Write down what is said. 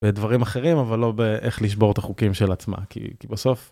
דברים אחרים אבל לא באיך לשבור את החוקים של עצמה כאילו בסוף.